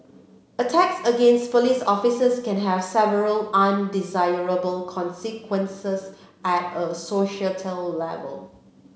attacks against police officers can have several undesirable consequences at a societal level